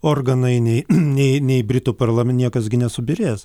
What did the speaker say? organai nei nei nei britų parlamente niekas gi nesubyrės